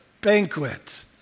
banquet